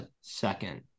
second